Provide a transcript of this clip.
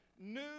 new